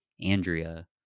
Andrea